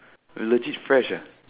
legit fresh ah